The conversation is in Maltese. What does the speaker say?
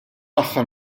aħħar